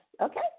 Okay